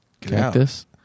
Cactus